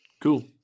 Cool